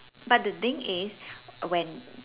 but the thing is when